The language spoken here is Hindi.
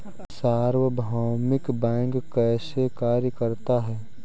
सार्वभौमिक बैंक कैसे कार्य करता है?